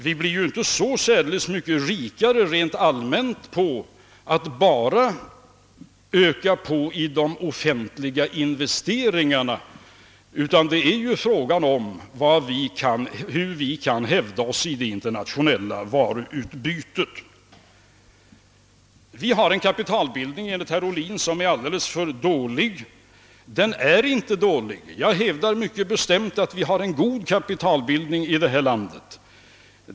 Vi blir ju inte så särdeles mycket rikare rent allmänt genom att bara öka de offentliga investeringarna, utan det väsentliga är ju hur vi kan hävda oss i det internationella varuutbytet. "Vi har enligt herr Ohlin en alldeles för dålig kapitalbildning. Men den är inte dålig. Jag hävdar mycket bestämt aft vi har en god kapitalbildning.